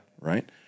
Right